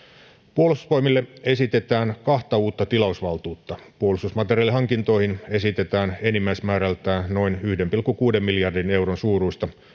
puolustusvoimille esitetään kahta uutta tilausvaltuutta puolustusmateriaalihankintoihin esitetään enimmäismäärältään noin yhden pilkku kuuden miljardin euron suuruista